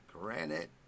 Granite